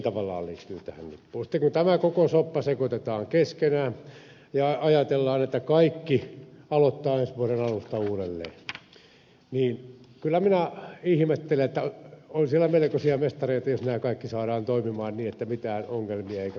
sitten kun tämä koko soppa sekoitetaan keskenään ja ajatellaan että kaikki aloitetaan ensi vuoden alusta uudelleen niin kyllä minä ihmettelen että on siellä melkoisia mestareita jos nämä kaikki saadaan toimimaan niin ettei mitään ongelmia eikä komplekseja tule